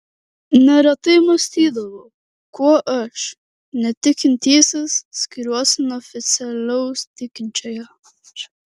neretai mąstydavau kuo aš netikintysis skiriuosi nuo oficialaus tikinčiojo